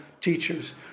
teachers